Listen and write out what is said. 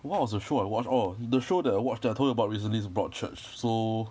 what was the show I watched orh the show that I watched that I told you about recently is broad church so